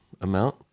amount